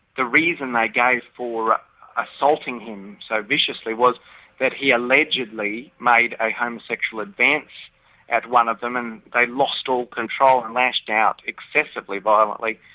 the reason they gave for assaulting him so viciously was that he allegedly made a homosexual advance at one of them, and they lost all control and lashed out excessively violently,